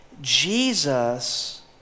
Jesus